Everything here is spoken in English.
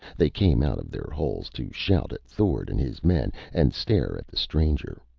they came out of their holes to shout at thord and his men, and stare at the stranger.